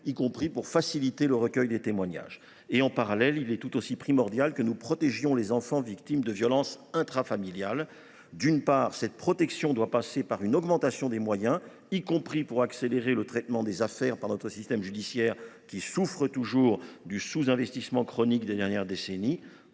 y compris pour faciliter le recueil des témoignages. Il est tout aussi primordial que nous protégions les enfants victimes de violences intrafamiliales. D’une part, cette protection suppose une augmentation de moyens, y compris pour accélérer le traitement des affaires par notre système judiciaire, qui souffre toujours du sous investissement chronique des dernières décennies.